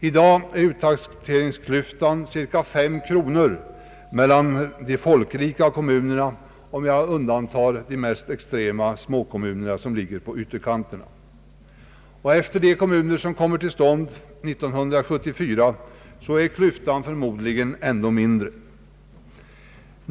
I dag är uttaxeringsklyftan cirka fem kronor mellan de folkrika kommunerna, om jag undantar de mest extrema småkommunerna som ligger i ytterlägen. Med den kommundelning vi kommer att ha år 1974 blir klyftan förmodligen ännu mindre.